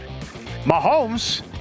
mahomes